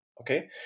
Okay